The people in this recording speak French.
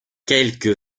quelques